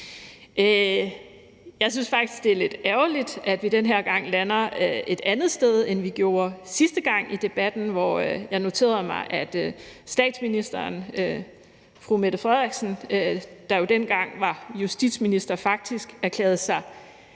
Jeg synes faktisk, det er lidt ærgerligt, at vi den her gang lander et andet sted, end vi gjorde sidste gang i debatten, hvor jeg noterede mig, at statsministeren, der jo dengang var justitsminister, faktisk erklærede sig